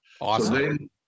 Awesome